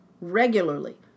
regularly